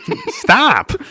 stop